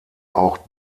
auch